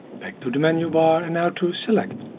back to the menu bar and now to select.